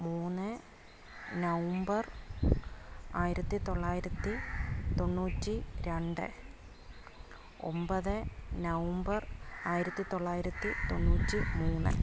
മൂന്ന് നവംബർ ആയിരത്തി തൊള്ളായിരത്തി തൊണ്ണൂറ്റി രണ്ട് ഒന്പത് നവംബർ ആയിരത്തി തൊള്ളായിരത്തി തൊണ്ണൂറ്റി മൂന്ന്